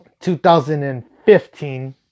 2015